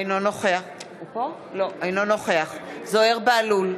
אינו נוכח זוהיר בהלול,